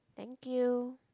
thank you